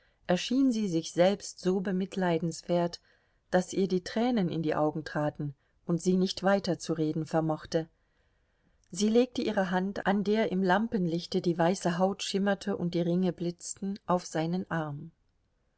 erschien sie sich selbst so bemitleidenswert daß ihr die tränen in die augen traten und sie nicht weiterzureden vermochte sie legte ihre hand an der im lampenlichte die weiße haut schimmerte und die ringe blitzten auf seinen arm